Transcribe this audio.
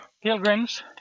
pilgrims